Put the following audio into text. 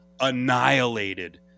annihilated